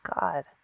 god